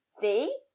See